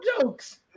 jokes